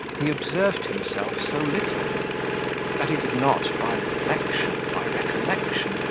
he observed himself so little that he did not, by reflection, by recollection,